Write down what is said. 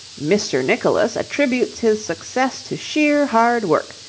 mr. nicholas attributes his success to sheer hard work.